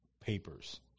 papers